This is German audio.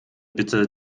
bitte